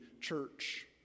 church